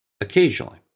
occasionally